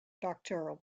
doctoral